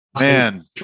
Man